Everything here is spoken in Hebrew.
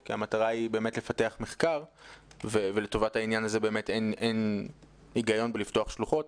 כי המטרה היא לפתח מחקר ולטובת העניין הזה אין היגיון בלפתוח שלוחות.